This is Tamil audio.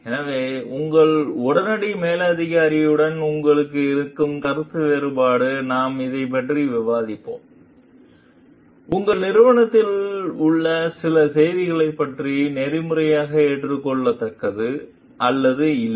எனவே உங்கள் உடனடி மேலதிகாரியுடன் உங்களுக்கு கருத்து வேறுபாடு இருந்தால் நாம் இதைப் பற்றி விவாதிப்போம் எனவே உங்கள் நிறுவனத்தில் உள்ள சில செயல்களைப் பற்றி நெறிமுறையாக ஏற்றுக்கொள்ளத்தக்கது அல்லது இல்லை